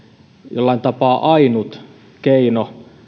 jollain tapaa ainut keino